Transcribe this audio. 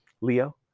leo